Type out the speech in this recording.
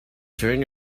turn